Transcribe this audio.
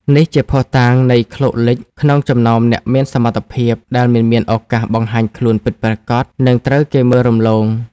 នេះជាភស្តុតាងនៃ "ឃ្លោកលិច" ក្នុងចំណោមអ្នកមានសមត្ថភាព ដែលមិនមានឱកាសបង្ហាញខ្លួនពិតប្រាកដ និងត្រូវគេមើលរំលង។